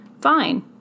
fine